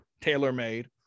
tailor-made